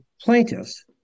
plaintiffs